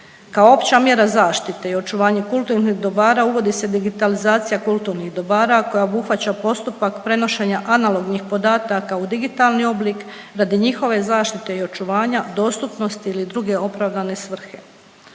Kao opća mjera zaštite i očuvanju kulturnih dobara uvodi se digitalizacija kulturnih dobara koja obuhvaća postupak prenošenja analognih podataka u digitalni oblik radi njihove zaštite i očuvanja, dostupnosti ili druge opravdane svrhe.